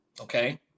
Okay